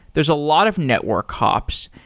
there's a lot of network hops.